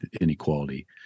inequality